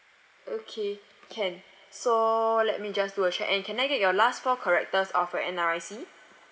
okay can so let me just do a check and can I get your last four characters of your N_R_I_C